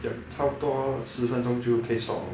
then 差不多 lor 十分钟就可以 stop lor